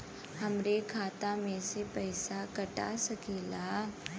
हमरे खाता में से पैसा कटा सकी ला?